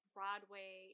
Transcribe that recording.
Broadway